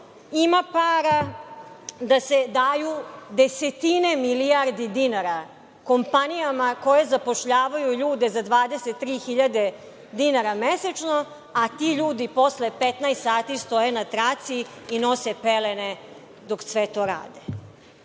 ima para da se daju desetine milijardi dinara kompanijama koje zapošljavaju ljude za 23.000 dinara mesečno, a ti ljudi posle 15 stoje na traci i nose pelene dok sve to rade.U